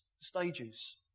stages